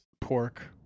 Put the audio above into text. pork